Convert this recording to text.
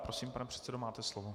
Prosím, pane předsedo, máte slovo.